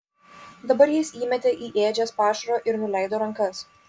dabar jis įmetė į ėdžias pašaro ir nuleido rankas